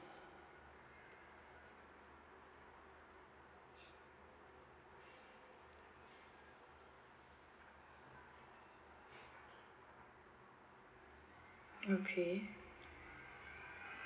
okay